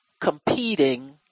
competing